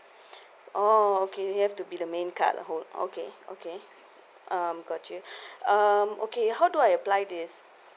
oh okay it have to be the main card hold okay okay um got you um okay how do I apply this